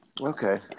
Okay